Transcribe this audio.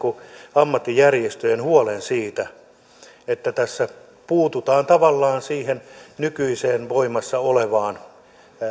ammattijärjestöjen huolen siitä että tässä puututaan tavallaan siihen nykyiseen voimassa olevaan